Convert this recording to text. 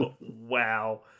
Wow